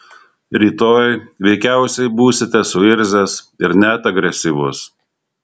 rytoj veikiausiai būsite suirzęs ir net agresyvus